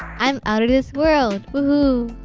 i'm outer this world, woo-hoo!